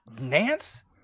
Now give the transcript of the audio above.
Nance